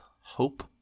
hope